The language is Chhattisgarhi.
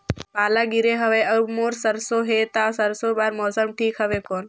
पाला गिरे हवय अउर मोर सरसो हे ता सरसो बार मौसम ठीक हवे कौन?